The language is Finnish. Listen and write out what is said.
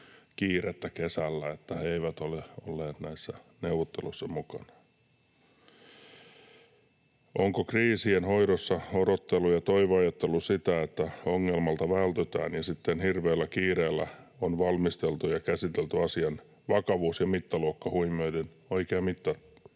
kiirettä kesällä, että he eivät ole olleet näissä neuvotteluissa mukana. Onko kriisien hoidossa ollut odottelu ja toiveajattelu, että ongelmalta vältytään, ja sitten hirveällä kiireellä on valmisteltu ja käsitelty asian vakavuus ja mittaluokka huomioiden oikea